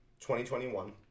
2021